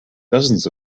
dozens